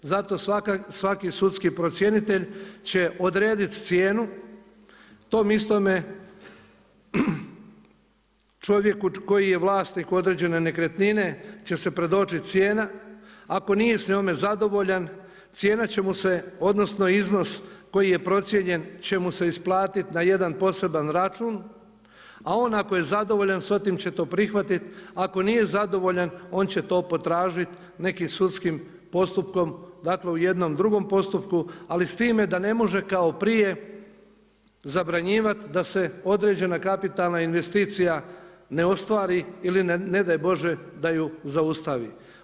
Zato svaki sudski procjenitelj će odrediti cijenu tom istome čovjeku koji je vlasnik određene nekretnine će se predočiti cijena, ako nije s njome zadovoljan, cijena će mu se odnosno iznos koji je procijenjen će mu se isplatiti na jedan poseban račun, a on ako je zadovoljan sa tim će to prihvatiti, ako nije zadovoljan, on će to potražiti nekim sudskim postupkom, dakle u jednom drugom postupku, ali s time da ne može kao prije zabranjivati da se određena kapitalna investicija ne ostvari ili ne daj Bože, da ju zaustavi.